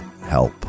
help